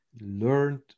learned